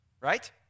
Right